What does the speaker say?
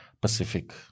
Pacific